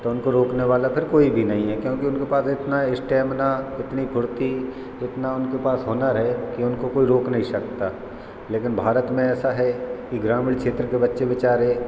तो उनको रोकने वाला फिर कोई भी नहीं है क्योंकि उनके पास इतना इस्टेमिना इतनी फुर्ती इतना उनके पास हुनर है कि उनको कोई रोक नहीं सकता लेकिन भारत में ऐसा है कि ग्रामीण क्षेत्र के बच्चे बेचारे